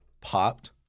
popped